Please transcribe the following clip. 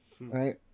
right